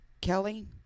Kelly